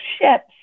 ships